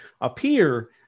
appear